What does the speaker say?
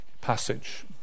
passage